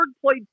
played